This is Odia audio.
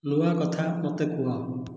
ନୂଆ କଥା ମୋତେ କୁହ